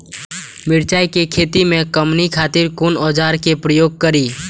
मिरचाई के खेती में कमनी खातिर कुन औजार के प्रयोग करी?